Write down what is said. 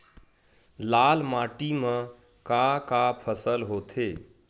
लाल माटी म का का फसल होथे?